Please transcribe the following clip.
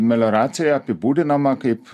melioracija apibūdinama kaip